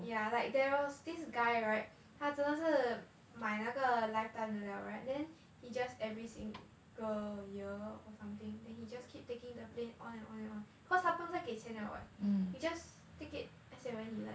yeah like there was this guy right 他真的是买那个 lifetime 的 liao right then he just every single year or something then he just keep taking the plane on and on and on cause 他不用再给钱了 [what] he just take it as and when he like